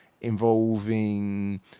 involving